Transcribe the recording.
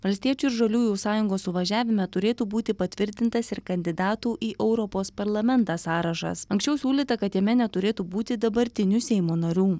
valstiečių ir žaliųjų sąjungos suvažiavime turėtų būti patvirtintas ir kandidatų į europos parlamentą sąrašas anksčiau siūlyta kad jame neturėtų būti dabartinių seimo narių